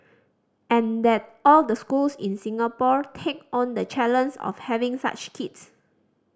and that all the schools in Singapore take on the challenge of having such kids